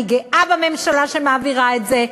אני גאה בממשלה שמעבירה אותו.